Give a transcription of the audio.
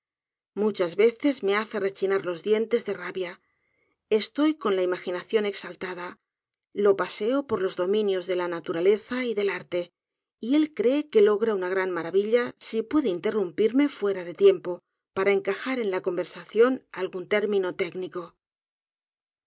muchas veces me hace rechinar los dientes de rabia estoy con la imaginación exaltada lo paseo por los dominios de la naturaleza y del arte y él cree que logra una gran maravilla si puede interrumpirme fuera de tiempo para encajar en la conversación algún término técnico